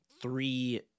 three